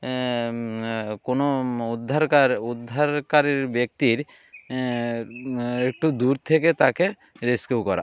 কোনো উদ্ধারকার উদ্ধারকারীর ব্যক্তির একটু দূর থেকে তাকে রেস্কিউ করা